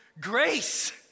grace